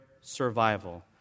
survival